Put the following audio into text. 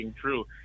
true